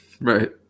Right